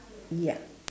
ya